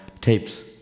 tapes